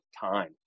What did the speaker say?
time